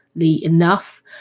enough